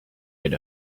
good